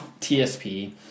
TSP